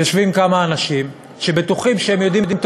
יושבים כמה אנשים שבטוחים שהם יודעים יותר